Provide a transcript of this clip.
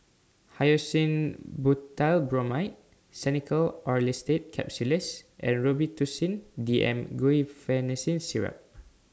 Hyoscine Butylbromide Xenical Orlistat Capsules and Robitussin D M Guaiphenesin Syrup